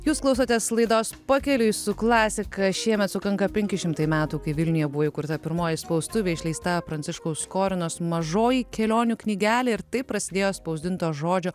jūs klausotės laidos pakeliui su klasika šiemet sukanka penki šimtai metų kai vilniuje buvo įkurta pirmoji spaustuvė išleista pranciškaus skorinos mažoji kelionių knygelė ir taip prasidėjo spausdinto žodžio